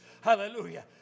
Hallelujah